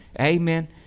Amen